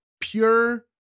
pure